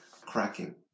cracking